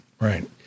Right